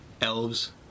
elves